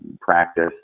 practice